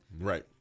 Right